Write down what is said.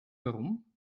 warum